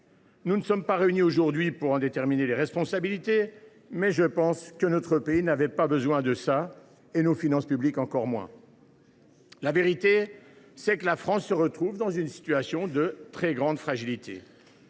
Nous ne sommes pas réunis aujourd’hui pour en déterminer les responsabilités, mais il me semble que notre pays n’avait pas besoin de cela, et nos finances publiques encore moins. La vérité, c’est que la France se retrouve dans une situation de très grande fragilité.